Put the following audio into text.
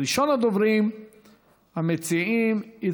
הצעות מס'